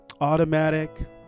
automatic